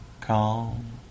calm